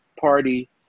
party